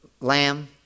lamb